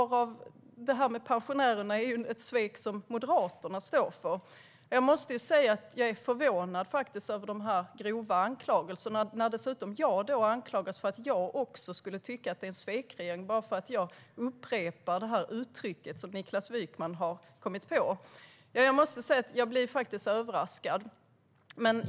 Sveket mot pensionärerna är ju ett svek som Moderaterna står för. Jag måste säga att jag är förvånad över de här grova anklagelserna. Dessutom anklagas jag för att också tycka att det är en svekregering, bara för att jag upprepar det uttryck som Niklas Wykman har kommit på. Jag blir faktiskt överraskad.